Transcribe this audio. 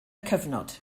cyfnod